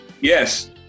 Yes